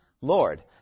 Lord